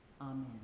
Amen